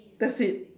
that's it